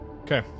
Okay